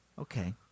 Okay